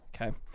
okay